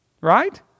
right